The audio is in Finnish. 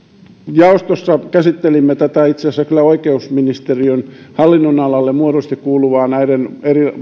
jaostossa käsittelimme tätä itse asiassa kyllä oikeusministeriön hallinnonalalle muodollisesti kuuluvaa eri